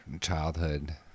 childhood